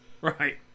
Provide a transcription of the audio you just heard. Right